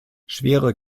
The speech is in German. schwere